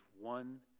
one